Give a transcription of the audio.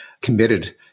committed